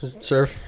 sir